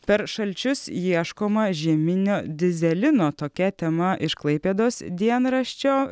per šalčius ieškoma žieminio dyzelino tokia tema iš klaipėdos dienraščio